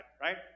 right